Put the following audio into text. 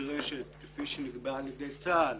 הנדרשת למלחמה כפי שנקבעה על ידי צה"ל.